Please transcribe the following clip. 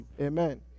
Amen